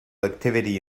activity